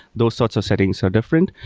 those sorts of settings are different.